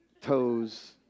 toes